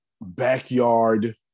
backyard